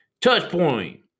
Touchpoint